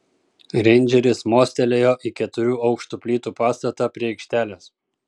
reindžeris mostelėjo į keturių aukštų plytų pastatą prie aikštelės